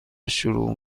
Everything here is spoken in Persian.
شروع